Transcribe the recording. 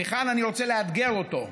ומכאן אני רוצה לאתגר אותו,